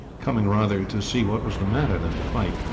coming rather to see what was the matter than to fight,